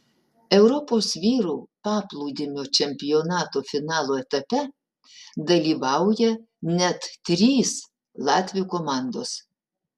europos vyrų paplūdimio čempionato finalo etape dalyvauja net trys latvių komandos